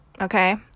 okay